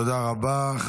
תודה רבה.